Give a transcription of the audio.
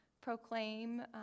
proclaim